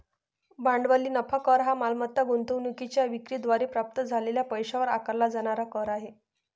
भांडवली नफा कर हा मालमत्ता गुंतवणूकीच्या विक्री द्वारे प्राप्त झालेल्या पैशावर आकारला जाणारा कर आहे